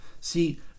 See